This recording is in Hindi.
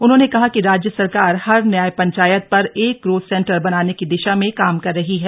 उन्होंने कहा कि राज्य सरकार हर न्याय पंचायत पर एक ग्रोथ सेंटर बनाने की दिशा में काम कर रही है